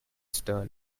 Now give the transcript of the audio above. stern